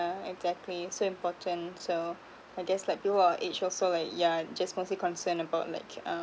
exactly so important so I guess like below our age also like yeah just mostly concerned about like